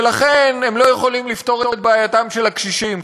ולכן הם לא יכולים לפתור את בעייתם של הקשישים.